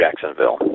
Jacksonville